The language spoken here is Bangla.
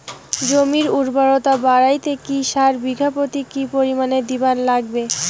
জমির উর্বরতা বাড়াইতে কি সার বিঘা প্রতি কি পরিমাণে দিবার লাগবে?